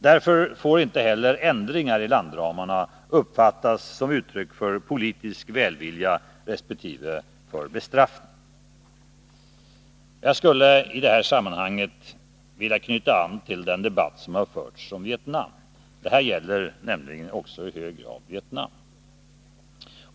Därför får inte heller ändringar i landramarna uppfattas som uttryck för politisk välvilja resp. bestraffning. Jag kan i sammanhanget knyta an till den debatt som har förts om Vietnam. Det här gäller nämligen i hög grad också Vietnam.